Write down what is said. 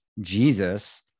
Jesus